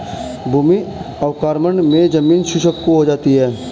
भूमि अवक्रमण मे जमीन शुष्क हो जाती है